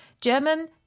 German